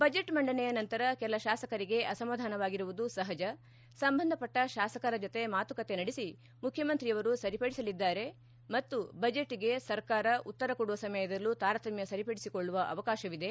budget ಮಂಡನೆಯ ನಂತರ ಕೆಲ ಶಾಸಕರಿಗೆ ಅಸಮಾಧಾನವಾಗಿರುವುದು ಸಹಜ ಸಂಬಂಧಪಟ್ಟ ಶಾಸಕರ ಜೊತೆ ಮಾತುಕತೆ ನಡೆಸಿ ಮುಖ್ಯಮಂತ್ರಿ ಅವರು ಸರಿಪಡಿಸಲಿದ್ದಾರೆ ಮತ್ತು ಬಜೆಟ್ಗೆ ಸರ್ಕಾರ ಉತ್ತರ ಕೊಡುವ ಸಮಯದಲ್ಲೂ ತಾರತಮ್ಯ ಸರಿಪಡಿಸಿಕೊಳ್ಳವ ಅವಕಾಶವಿದೆ